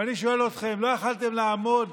ואני שואל אתכם: לא יכולתם לעמוד